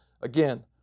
Again